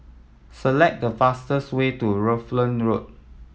select the fastest way to Rutland Road